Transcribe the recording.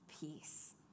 peace